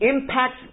impacts